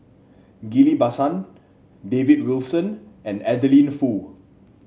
Ghillie Basan David Wilson and Adeline Foo